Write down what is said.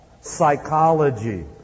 psychology